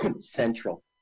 central